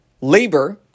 labor